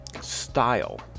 style